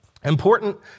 Important